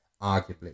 arguably